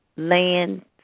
land